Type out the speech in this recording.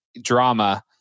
drama